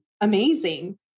amazing